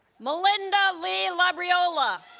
malinda lee labriola